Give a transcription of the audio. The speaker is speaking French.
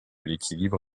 l’équilibre